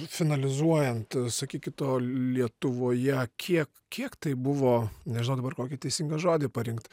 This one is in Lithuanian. finalizuojant sakykit o lietuvoje kiek kiek tai buvo nežinau dabar kokį teisingą žodį parinkt